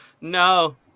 No